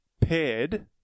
paired